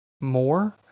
more